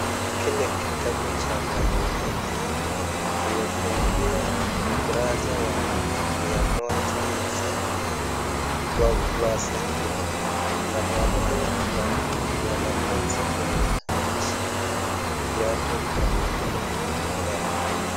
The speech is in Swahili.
Hiki ni kitabu cha mwanafunzi, imefunguliwa ukurasa wa mia moja na sabini. Kwa ukurasa hii, kuna mwalimu na mwanafunzi mwenye ameshika viatu kwa mkono yake.